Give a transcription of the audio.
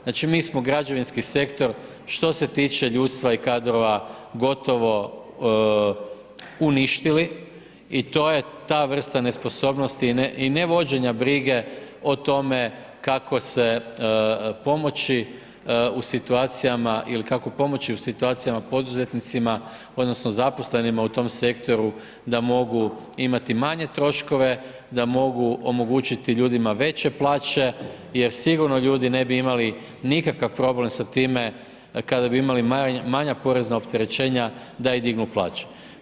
Znači mi smo građevinski sektor što se tiče ljudstva i kadrova gotovo uništili i to je ta vrsta nesposobnosti i ne vođenja brige o tome kako se pomoći u situacijama, ili kako pomoći u situacijama poduzetnicima, odnosno zaposlenima u tom sektoru da mogu imati manje troškove, da mogu omogućiti ljudima veće plaće jer sigurno ljudi ne bi imali nikakav problem sa time kada bi imali mala porezna opterećenja da i dignu plaće.